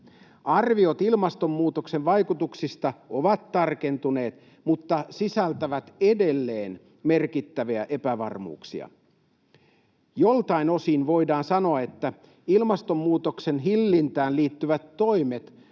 Arviot ilmastonmuutoksen vaikutuksista ovat tarkentuneet mutta sisältävät edelleen merkittäviä epävarmuuksia. Joiltain osin voidaan sanoa, että ilmastonmuutoksen hillintään liittyvät toimet